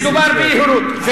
מדובר ביהירות.